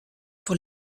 pour